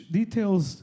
details